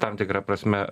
tam tikra prasme